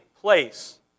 place